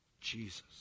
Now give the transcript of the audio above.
Jesus